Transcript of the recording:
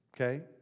okay